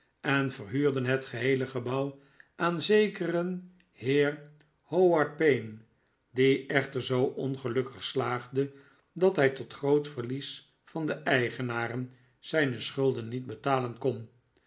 en verhuurden het geheele gebouw aan zekeren heer howard payne die echter zoo ongelukkig slaagde dat hij tot groot verlies van de eigenaren zijne schulden niet betalen kon